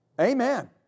Amen